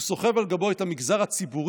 הוא סוחב על גבו את המגזר הציבורי